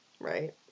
Right